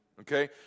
okay